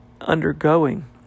undergoing